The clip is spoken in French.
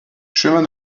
chemin